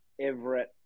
Everett